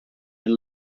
and